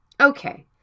Okay